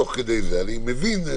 אני מבין,